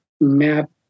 map